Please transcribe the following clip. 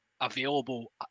Available